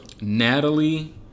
Natalie